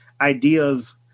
ideas